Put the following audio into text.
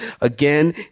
again